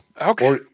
Okay